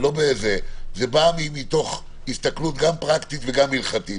זה בא מתוך הסתכלות גם פרקטית וגם הלכתית.